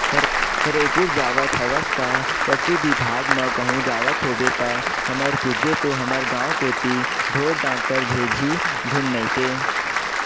रइपुर जावत हवस का पसु बिभाग म कहूं जावत होबे ता हमर पूछबे तो हमर गांव कोती ढोर डॉक्टर भेजही धुन नइते